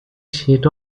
set